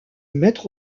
mettre